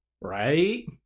Right